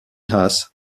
haas